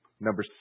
Number